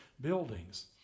buildings